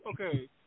Okay